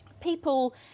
People